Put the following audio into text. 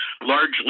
largely